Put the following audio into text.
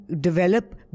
develop